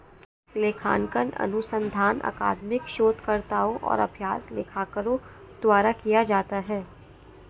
लेखांकन अनुसंधान अकादमिक शोधकर्ताओं और अभ्यास लेखाकारों द्वारा किया जाता है